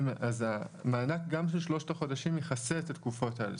אז המענק גם שלושת החודשים יכסה את התקופות האלה.